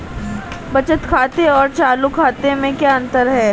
बचत खाते और चालू खाते में क्या अंतर है?